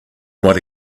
write